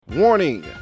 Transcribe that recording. Warning